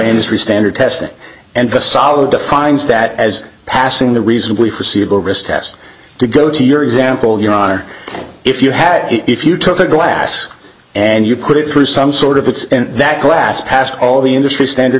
industry standard testing and facade defines that as passing the reasonably foreseeable risk test to go to your example your honor if you had it if you took a glass and you put it through some sort of it's in that class passed all the industry standard